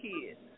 kids